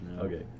Okay